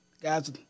guys